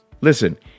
Listen